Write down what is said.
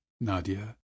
Nadia